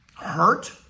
hurt